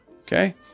Okay